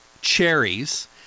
cherries